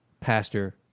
Pastor